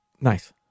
Nice